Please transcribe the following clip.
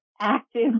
active